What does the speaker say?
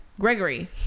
Gregory